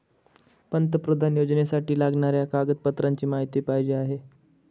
पंतप्रधान योजनेसाठी लागणाऱ्या कागदपत्रांची माहिती पाहिजे आहे